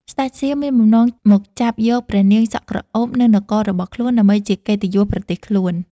ស្ដេចសៀមមានបំណងមកចាប់យកព្រះនាងសក់ក្រអូបទៅនគររបស់ខ្លួន ដើម្បីជាកិត្តិយសប្រទេសខ្លួន។